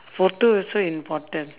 photo also important